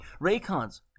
Raycons